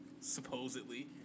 Supposedly